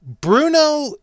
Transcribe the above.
Bruno